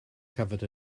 covered